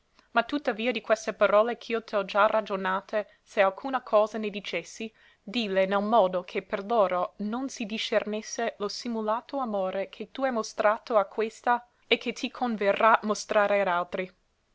ma tuttavia di queste parole ch'io t'ho ragionate se alcuna cosa ne dicessi dille nel modo che per loro non si discernesse lo simulato amore che tu hai mostrato a questa e che ti converrà mostrare ad altri